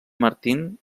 martin